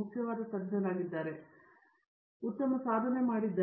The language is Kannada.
ಮುಖ್ಯವಾದ ತಜ್ಞ ಉತ್ತಮ ಸಾಧನೆ ಮಾಡಿದ ತಜ್ಞರಾಗಿದ್ದಾರೆ